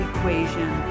Equation